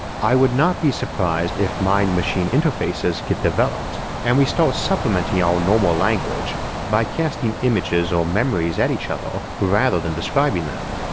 i would not be surprised if mind-machine interfaces get developed and we started supplementing our normal language by casting images or memories at each other rather than describing them.